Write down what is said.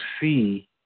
see